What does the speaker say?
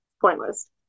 pointless